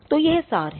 तो यह सार है